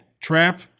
Trap